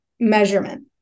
measurement